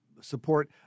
support